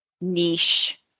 niche